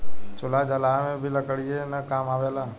चूल्हा जलावे में भी लकड़ीये न काम आवेला